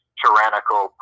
tyrannical